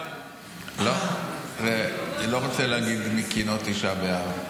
לא רוצה להגיד מקינות תשעה באב,